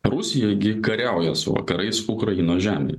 prūsija gi kariauja su vakarais ukrainos žemėje